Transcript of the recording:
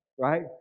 Right